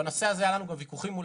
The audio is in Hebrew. בנושא הזה היו לנו כבר ויכוחים מול